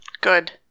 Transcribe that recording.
Good